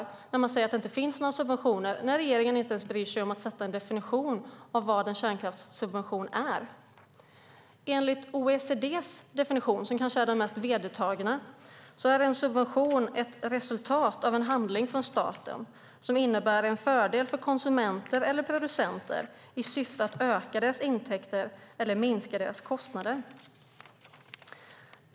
Regeringen säger att det inte finns några subventioner, men bryr sig inte ens om att definiera vad en kärnkraftssubvention är. Enligt OECD:s definition, som kanske är den mest vedertagna, är en subvention ett resultat av en handling från staten som innebär en fördel för konsumenter eller producenter i syfte att öka deras intäkter eller minska deras kostnader.